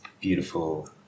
beautiful